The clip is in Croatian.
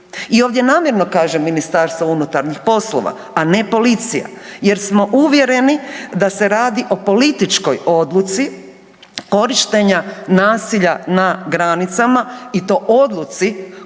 I ovdje namjerno kažem MUP, a ne policija jer smo uvjereni da se radi o političkoj odluci korištenja nasilja na granicama i to odluci